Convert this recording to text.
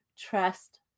trust